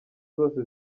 zose